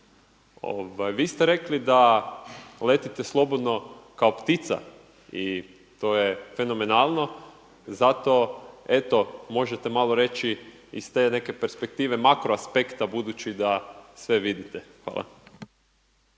Vi ste rekli da je letite slobodno kao ptica i to je fenomenalno, zato eto možete malo reći iz te neke perspektive makro aspekta budući da sve vidite. Hvala.